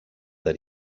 that